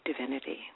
Divinity